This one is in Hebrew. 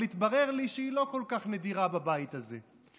אבל התברר לי שהיא לא כל כך נדירה בבית הזה.